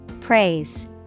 Praise